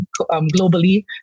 globally